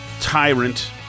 tyrant